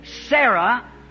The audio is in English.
Sarah